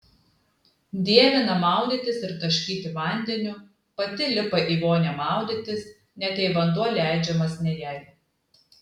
dievina maudytis ir taškyti vandeniu pati lipa į vonią maudytis net jei vanduo leidžiamas ne jai